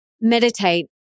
meditate